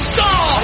Star